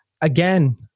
again